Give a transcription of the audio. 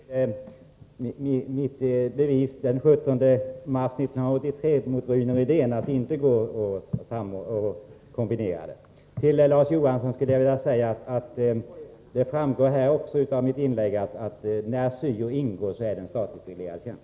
Herr talman! Jag hänvisar Rune Rydén till min bevisföring den 17 mars 1983, då jag förklarade att det inte är möjligt att kombinera syo med läroämne. Till Larz Johansson vill jag säga att det framgår av mitt inlägg att uppgiften syo skall ingå i de tjänster som är statligt reglerade.